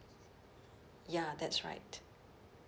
ya that's right